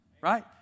Right